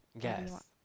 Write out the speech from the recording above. Yes